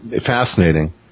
fascinating